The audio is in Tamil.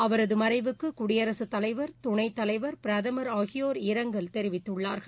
அவரது மறைவுக்கு குடியரசு தலைவர் துணைத்தலைவர் பிரதம் ஆகியோர் இரங்கல் தெரிவித்துள்ளார்கள்